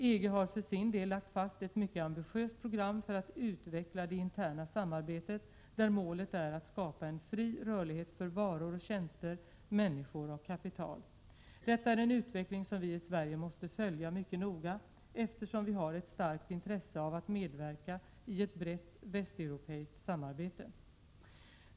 EG har för sin del lagt fast ett mycket ambitiöst program för att utveckla det interna samarbetet där målet är att skapa en fri rörlighet för varor och tjänster, människor och kapital. Detta är en utveckling som vi i Sverige måste följa mycket noga eftersom vi har ett starkt intresse av att medverka i ett brett västeuropeiskt samarbete.